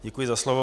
Děkuji za slovo.